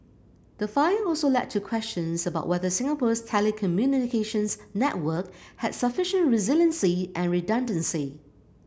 the fire also led to questions about whether Singapore's telecommunications network had sufficient resiliency and redundancy